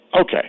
Okay